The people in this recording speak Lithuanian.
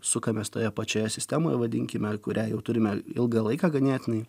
sukamės toje pačioje sistemoj vadinkime kurią jau turime ilgą laiką ganėtinai